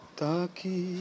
taki